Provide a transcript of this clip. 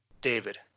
David